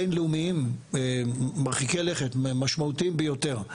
בינלאומיים מרחיקי לכת משמעותיים ביותר.